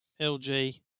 lg